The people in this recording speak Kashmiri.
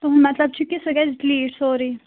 تُہُنٛد مطلب چھُ کہِ سُہ گژھِ ڈِلیٖٹ سورُے